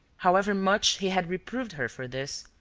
however much he had reproved her for this,